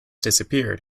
disappeared